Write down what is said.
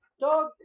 Dog